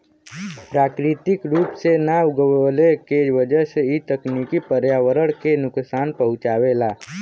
प्राकृतिक रूप से ना उगवले के वजह से इ तकनीकी पर्यावरण के नुकसान पहुँचावेला